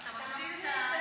אתה מפסיד.